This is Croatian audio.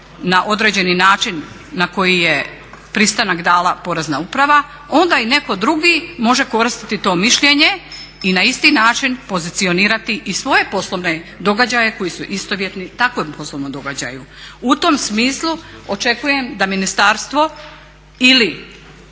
na određeni način na koji je pristanak dala Porezna uprava onda i netko drugi može koristiti to mišljenje i na isti način pozicionirati i svoje poslovne događaje koji su istovjetni takvom poslovnom događaju. U tom smislu očekujem da ministarstvo ili